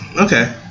Okay